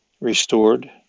restored